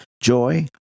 Joy